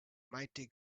mighty